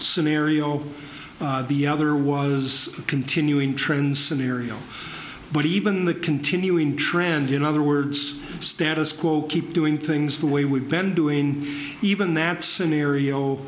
scenario the other was a continuing trend scenario but even the continuing trend in other words status quo keep doing things the way we've been doing even that scenario